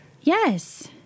Yes